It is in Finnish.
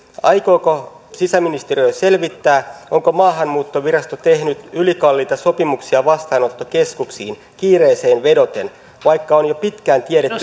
aikooko sisäministeriö selvittää onko maahanmuuttovirasto tehnyt ylikalliita sopimuksia vastaanottokeskuksiin kiireeseen vedoten vaikka on jo pitkään tiedetty